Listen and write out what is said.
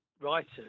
writers